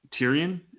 Tyrion